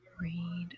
Read